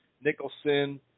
Nicholson